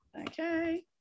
Okay